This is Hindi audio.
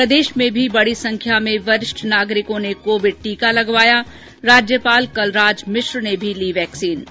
प्रदेश में भी बड़ी संख्या में वरिष्ठ नागरिकों ने कोविड टीके लगवाये राज्यपाल कलराज मिश्र ने भी वैक्सीन ली